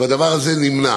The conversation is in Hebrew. והדבר הזה נמנע.